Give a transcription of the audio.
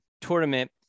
tournament